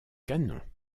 canon